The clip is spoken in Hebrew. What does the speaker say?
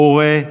מורה,